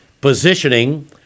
positioning